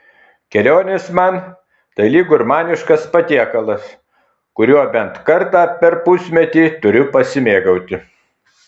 kelionės man tai lyg gurmaniškas patiekalas kuriuo bent kartą per pusmetį turiu pasimėgauti